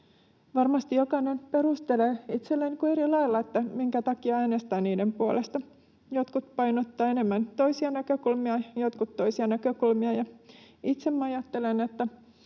Varmasti jokainen perustelee itselleen eri lailla, minkä takia äänestää niiden puolesta: jotkut painottavat enemmän toisia näkökulmia, jotkut toisia näkökulmia. Itse ajattelen,